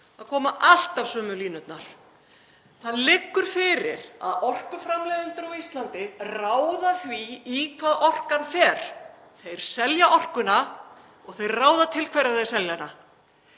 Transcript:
það koma alltaf sömu línurnar. Það liggur fyrir að orkuframleiðendur á Íslandi ráða því í hvað orkan fer. Þeir selja orkuna og þeir ráða til hverra þeir selja